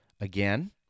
Again